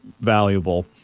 valuable